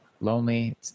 lonely